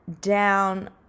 down